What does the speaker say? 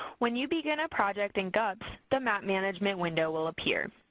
when you begin a project in gups, the map management window will appear.